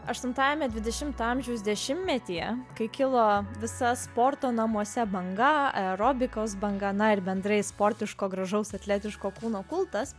aštuntajame dvidešimto amžiaus dešimtmetyje kai kilo visas sporto namuose banga aerobikos banga na ir bendrai sportiško gražaus atletiško kūno kultas